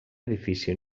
edifici